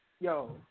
yo